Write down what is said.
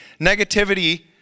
Negativity